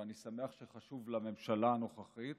ואני שמח שחשוב לממשלה הנוכחית